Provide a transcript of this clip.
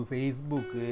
Facebook